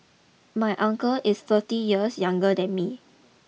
my uncle is thirty years younger than me